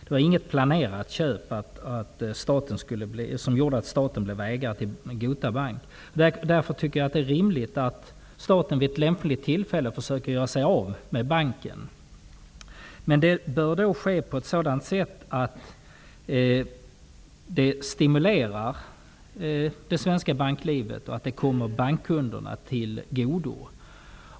Det var inget planerat köp som gjorde att staten blev ägare till Gota Bank. Därför är det rimligt att staten vid ett lämpligt tillfälle försöker göra sig av med banken. Detta bör då ske på ett sådant sätt att det stimulerar det svenska banklivet och kommer bankkunderna till godo.